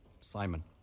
simon